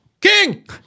king